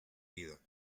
vida